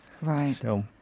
Right